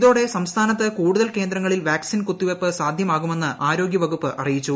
ഇതോടെ സംസ്ഥാനത്ത് കൂടുതൽ കേന്ദ്രങ്ങളിൽ വാക്സിൻ കുത്തിവയ്പ്പ് സാധ്യമാകുള്ളിന്റ് ആരോഗൃ വകുപ്പ് അറിയിച്ചു